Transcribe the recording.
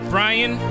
Brian